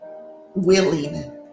willing